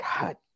God